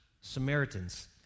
Samaritans